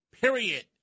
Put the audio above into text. period